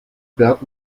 bert